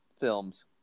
films